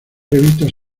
revistas